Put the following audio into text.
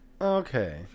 Okay